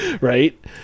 Right